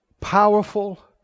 powerful